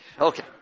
Okay